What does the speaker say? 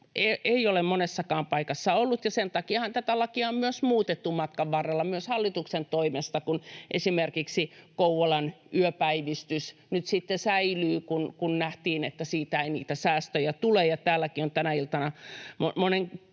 ei ole monessakaan paikassa ollut. Sen takiahan tätä lakia on myös muutettu matkan varrella myös hallituksen toimesta ja esimerkiksi Kouvolan yöpäivystys nyt sitten säilyy, kun nähtiin, että siitä ei säästöjä tule. Ja täälläkin on tänä iltana monen